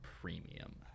premium